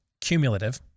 cumulative